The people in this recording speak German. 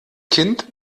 kind